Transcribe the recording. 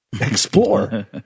explore